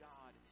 God